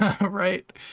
Right